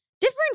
Different